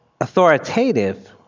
authoritative